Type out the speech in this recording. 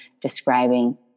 describing